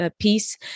piece